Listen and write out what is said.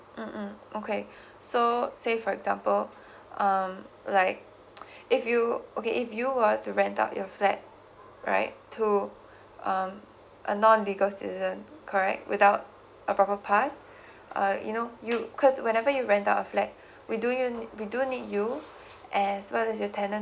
mm mm okay so say for example um like if you okay if you were to rent out your flat right to um a non legal citizen correct without a proper pass uh you know you cause whenever you rent out a flat we do you need we do need you as well as your tenant